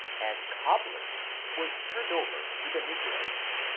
and cobler's was turned over to the negroes.